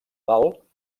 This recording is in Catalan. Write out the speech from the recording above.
dalt